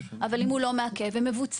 אבל אם הוא לא מעכב אז הם מבוצעים,